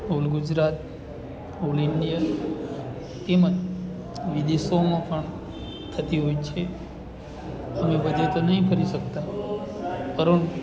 all Gujarat all India તેમજ વિદેશોમાં પણ થતી હોય છે અમે બધે તો નથી ફરી શકતા પરંતુ